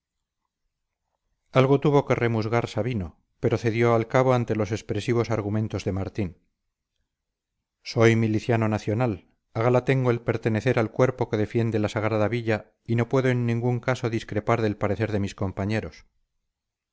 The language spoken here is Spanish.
algo tuvo que remusgar sabino pero cedió al cabo ante los expresivos argumentos de martín soy miliciano nacional a gala tengo el pertenecer al cuerpo que defiende la sagrada villa y no puedo en ningún caso discrepar del parecer de mis compañeros